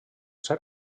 ser